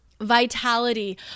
vitality